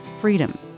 freedom